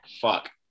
Fuck